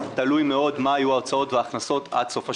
תלוי מאוד מה יהיו ההוצאות וההכנסות עד סוף השנה.